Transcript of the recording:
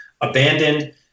abandoned